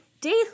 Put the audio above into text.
Day